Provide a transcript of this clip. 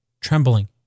trembling